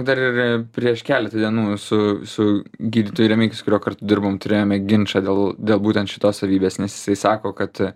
dar ir prieš keletą dienų su su gydytoju remigiju su kuriuo kartu dirbam turėjome ginčą dėl dėl būtent šitos savybės nes jisai sako kad